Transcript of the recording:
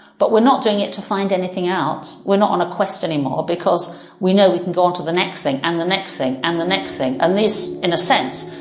but were not doing it to find anything out, because we're not on a quest anymore because we know we can go on to the next thing and the next thing and the next thing and this, in a sense,